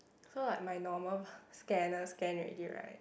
so like my normal scanner scan already right